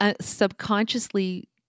subconsciously